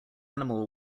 animal